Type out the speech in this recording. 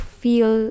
feel